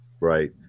right